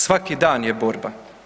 Svaki dan je borba.